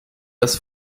das